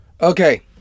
Okay